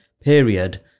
period